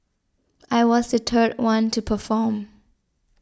I was the third one to perform